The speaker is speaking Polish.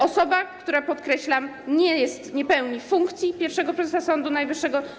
Osoba, która - podkreślam - nie pełni funkcji pierwszego prezesa Sądu Najwyższego.